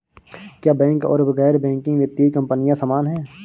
क्या बैंक और गैर बैंकिंग वित्तीय कंपनियां समान हैं?